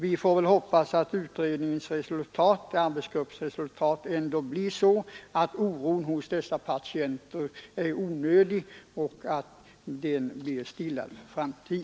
Vi får hoppas att arbetsgruppens rapport blir sådan att patienternas oro visar sig onödig och blir stillad.